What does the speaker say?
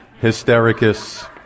Hystericus